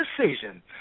decision